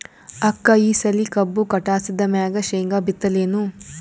ಅಕ್ಕ ಈ ಸಲಿ ಕಬ್ಬು ಕಟಾಸಿದ್ ಮ್ಯಾಗ, ಶೇಂಗಾ ಬಿತ್ತಲೇನು?